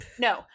No